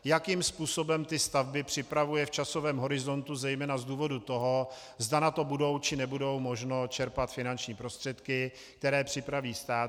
Jakým způsobem ty stavby připravuje v časovém horizontu, zejména z důvodu toho, zda na to bude, či nebude možno čerpat finanční prostředky, které připraví stát.